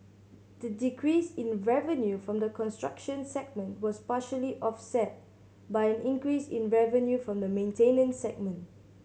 the decrease in revenue from the construction segment was partially offset by an increase in revenue from the maintenance segment